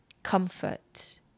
Comfort